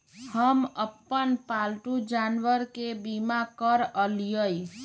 हम अप्पन पालतु जानवर के बीमा करअलिअई